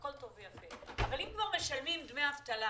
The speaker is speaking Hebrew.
אבל אם כבר משלמים דמי אבטלה